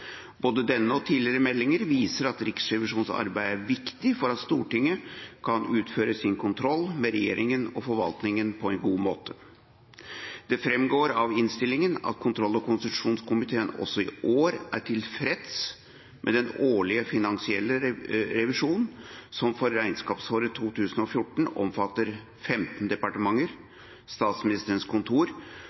Både denne og tidligere meldinger viser at Riksrevisjonens arbeid er viktig for at Stortinget kan utføre sin kontroll med regjeringen og forvaltningen på en god måte. Det framgår av innstillingen at kontroll- og konstitusjonskomiteen også i år er tilfreds med den årlige, finansielle revisjonen, som for regnskapsåret 2014 omfattet 15 departementer, Statsministerens kontor